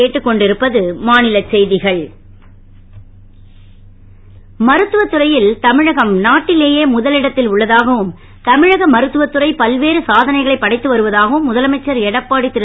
எடப்பாடி மருத்துவத் துறையில் தமிழகம் நாட்டிலேயே முதலிடத்தில் உள்ளதாகவும் தமிழக மருத்துவத் துறை பல்வேறு சாதனைகளை படைத்து வருவதாகவும் முதலமைச்சர் எடப்பாடி திரு